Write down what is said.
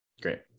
Great